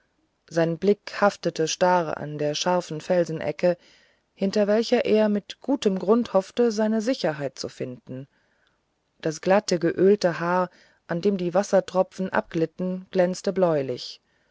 sein blick haftete starr an der scharfen felsenecke hinter welcher er mit gutem grund hoffte seine sicherheit zu finden das glatte geölte haar an dem die wassertropfen abglitten glänzte bläulich